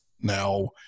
Now